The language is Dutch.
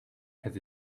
het